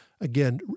again